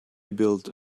built